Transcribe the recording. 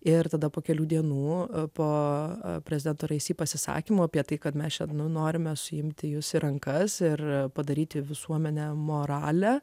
ir tada po kelių dienų po prezidento raisi pasisakymo apie tai kad mes norime suimti jus į rankas ir padaryti visuomenę moralę